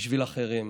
בשביל אחרים.